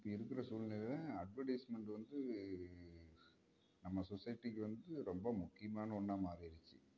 இப்போ இருக்கிற சூழ்நிலையில் அட்வர்டைஸ்மென்ட் வந்து நம்ம சொசைட்டிக்கு வந்து ரொம்ப முக்கியமான ஒன்னாக மாறிருச்சு